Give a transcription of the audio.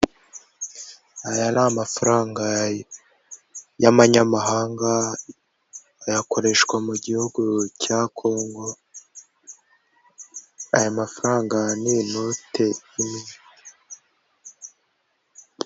Aya ni amafaranga y'amanyamahanga, aya akoreshwa mu gihugu cya Congo, aya mafaranga ni inote.